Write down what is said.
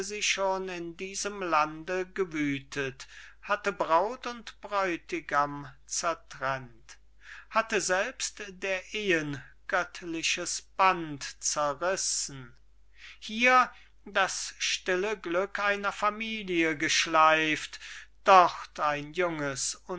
sie schon in diesem lande gewüthet hatte braut und bräutigam zertrennt hatte selbst der ehen göttliches band zerrissen hier das stille glück einer familie geschleift dort ein junges